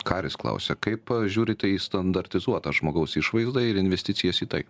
karis klausia kaip žiūrite į standartizuotą žmogaus išvaizdą ir investicijas į tai